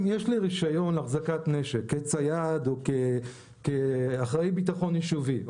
אם יש לי רישיון להחזקת נשק כצייד או כאחראי ביטחון יישובי,